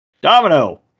Domino